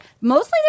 mostly